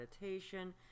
meditation